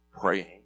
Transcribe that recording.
praying